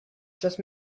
just